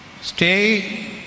Stay